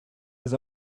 his